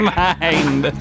mind